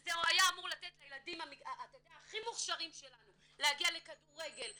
שזה היה אמור לתת לילדים הכי מוכשרים שלנו להגיע לכדורגל,